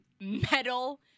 metal